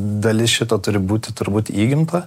dalis šito turi būti turbūt įgimta